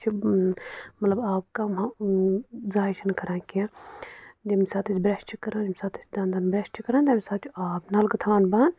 أسۍ چھِنہٕ مَطلَب آب کَم ہو ضایہِ چھِنہٕ کَران کیٚنٛہہ ییٚمہِ ساتہٕ أسۍ بَرٛش چھِ کَران ییٚمہِ ساتہٕ أسۍ دَنٛدَن بَرٛش چھِ کران تَمہِ ساتہٕ چھِ آبہٕ نَلکہٕ تھاوان بَنٛد